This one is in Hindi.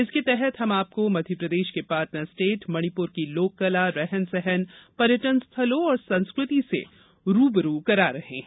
इसके तहत हम आपको मध्यप्रदेश के पार्टनर स्टेट मणिपुर की लोककला रहन सहन पर्यटन स्थलों और संस्कृति से रू ब रू करा रहे हैं